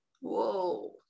whoa